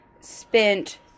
spent